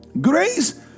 Grace